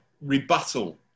rebuttal